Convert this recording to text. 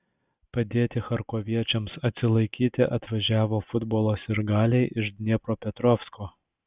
padėti charkoviečiams atsilaikyti atvažiavo futbolo sirgaliai iš dniepropetrovsko